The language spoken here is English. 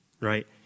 right